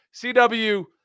CW